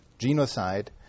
genocide